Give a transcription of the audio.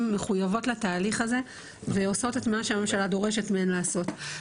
מחויבות לתהליך הזה ועושות את מה שהממשלה דורשת מהן לעשות.